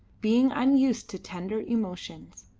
being unused to tender emotions.